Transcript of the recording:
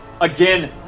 again